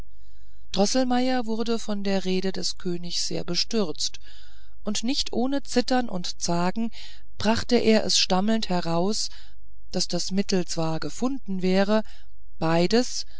droßelmeier wurde über die rede des königs sehr bestürzt und nicht ohne zittern und zagen brachte er es stammelnd heraus daß das mittel zwar gefunden wäre beides